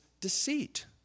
deceit